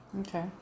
Okay